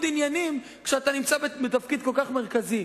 עניינים כשאתה נמצא בתפקיד כל כך מרכזי?